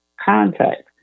contact